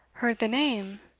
heard the name?